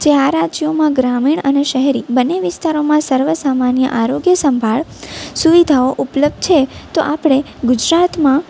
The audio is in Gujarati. જે આ રાજ્યોમાં ગ્રામીણ અને શહેરી બંને વિસ્તારોમાં સર્વસામાન્ય આરોગ્ય સંભાળ સુવિધાઓ ઉપલબ્ધ છે તો આપણે ગુજરાતમાં